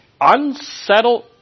unsettled